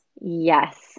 Yes